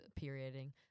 perioding